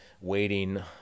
waiting